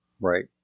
Right